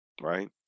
right